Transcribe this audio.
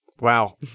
Wow